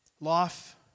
life